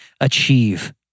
achieve